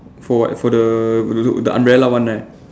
for what for the the umbrella one right